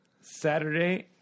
Saturday